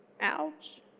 Ouch